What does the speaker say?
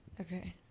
Okay